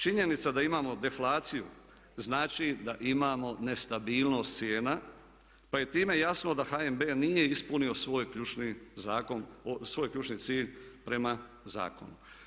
Činjenica da imamo deflaciju znači da imamo nestabilnost cijena, pa je time jasno da HNB nije ispunio svoj ključni zakon, svoj ključni cilj prema zakonu.